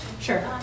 Sure